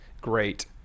great